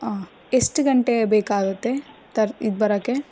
ಹಾಂ ಎಷ್ಟು ಗಂಟೆ ಬೇಕಾಗುತ್ತೆ ತರ ಇದು ಬರೋಕೆ